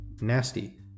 Nasty